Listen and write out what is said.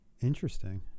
Interesting